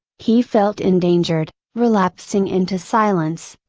he felt endangered, relapsing into silence,